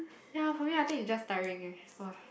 ya for me I think is just tiring eh !wah!